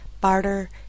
barter